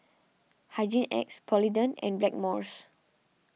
Hygin X Polident and Blackmores